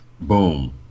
Boom